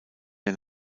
der